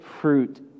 fruit